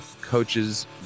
coaches